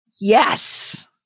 Yes